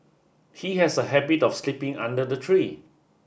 he has a habit of sleeping under the tree